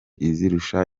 izirusha